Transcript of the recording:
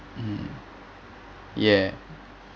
mm yeah